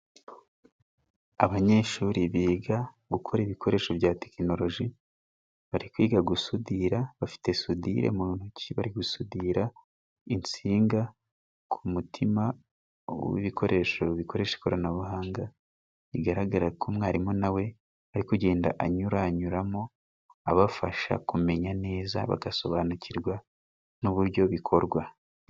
Abanyeshuri biga gukora ibikoresho bya tekinoloji, bari kwiga gusudira bafite sodire mu ntoki bari gusudira insinga, ku mutima w'ibikoresho bikoresha ikoranabuhanga, bigaragara ko mwarimu nawe ari kugenda anyuranyuramo, abafasha kumenya neza bagasobanukirwa n'uburyo bikorwa.